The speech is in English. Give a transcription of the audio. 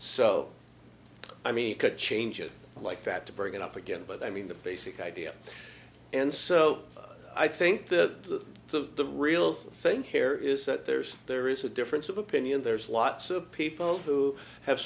so i mean you could change it like that to bring it up again but i mean the basic idea and so i think the real thing here is that there's there is a difference of opinion there's lots of people who have